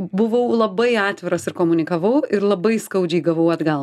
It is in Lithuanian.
buvau labai atviras ir komunikavau ir labai skaudžiai gavau atgal